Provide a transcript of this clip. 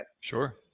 Sure